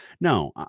No